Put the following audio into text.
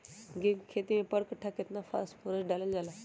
गेंहू के खेती में पर कट्ठा केतना फास्फोरस डाले जाला?